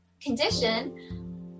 condition